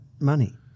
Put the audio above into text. money